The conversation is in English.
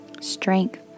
Strength